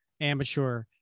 amateur